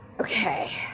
Okay